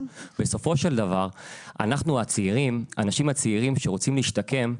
בסופו של דבר אנחנו האנשים הצעירים שרוצים להשתקם,